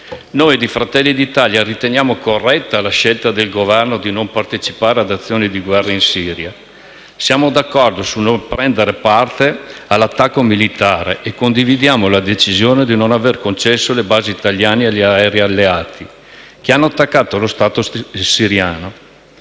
Noi di Fratelli d'Italia riteniamo corretta la scelta del Governo di non partecipare ad azioni di guerra in Siria, siamo d'accordo sul non prendere parte all'attacco militare e condividiamo la decisione di non concedere le basi italiane agli aerei alleati che hanno attaccato lo Stato siriano,